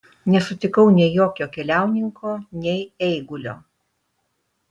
nesutikau nei jokio keliauninko nei eigulio